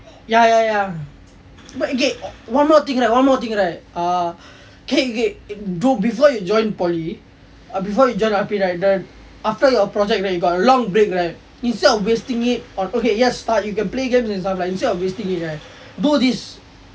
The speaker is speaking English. ya ya ya but okay get one more thing one more thing right err okay okay before you join poly ah before you join R_P right the after your project you got long break right instead of wasting it on okay yes fine you can play games and stuff lah instead of wasting it right bro this